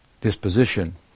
disposition